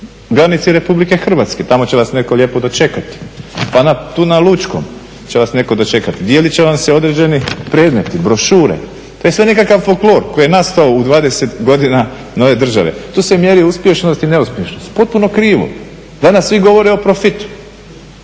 granici RH tamo će nas lijepo netko dočekati, pa tu na Lučkom će vas netko dočekati, dijeliti će vam se određeni predmeti, brošure. To je sve nekakav folklor koji je nastao u 20 godina nove države, tu se mjeri uspješnost i neuspješnost. Potpuno krivo. Danas svi govore o profitu.